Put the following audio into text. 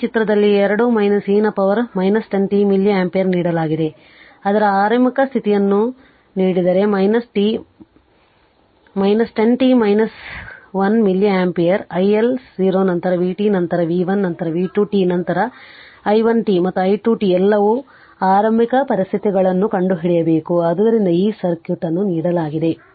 ಈ ಚಿತ್ರದಲ್ಲಿ 2 e ನ ಪವರ್ 10 t ಮಿಲಿ ಆಂಪಿಯರ್ ನೀಡಲಾಗಿದೆ ಅದರ ಆರಂಭಿಕ ಸ್ಥಿತಿಯನ್ನು ನೀಡಿದರೆ 10 t 1 ಮಿಲಿ ಆಂಪಿಯರ್ i1 0 ನಂತರ vt ನಂತರ v 1 ನಂತರ v 2 t ನಂತರ i 1 t ಮತ್ತು i 2 t ಎಲ್ಲರೂ ಆರಂಭಿಕ ಪರಿಸ್ಥಿತಿಗಳನ್ನು ಕಂಡುಹಿಡಿಯಬೇಕು ಆದ್ದರಿಂದ ಈ ಸರ್ಕ್ಯೂಟ್ ಅನ್ನು ನೀಡಲಾಗಿದೆ